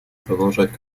продолжать